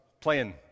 playing